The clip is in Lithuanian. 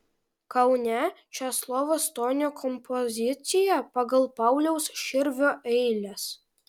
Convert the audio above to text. kaune česlovo stonio kompozicija pagal pauliaus širvio eiles